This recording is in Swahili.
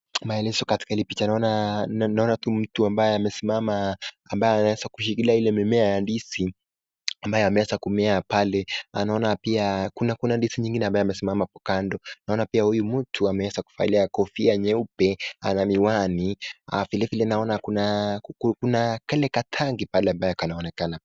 Maelezo katika hili picha. Naona tu mtu ambaye amesimama ambaye anaweza kushikilia ile mimea ya ndizi ambayo imeweza kumea pale. Naona pia kuna kuna ndizi zingine ambayo imesimama hapo kando. Naona pia huyu mtu ameweza kuvailia kofia nyeupe, ana miwani. Vile vile naona kuna kuna ka katangi pale ambayo kanaonekana.